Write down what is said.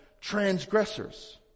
transgressors